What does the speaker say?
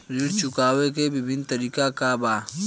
ऋण चुकावे के विभिन्न तरीका का बा?